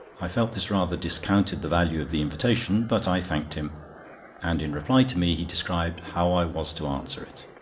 i felt this rather discounted the value of the invitation, but i thanked him and in reply to me, he described how i was to answer it.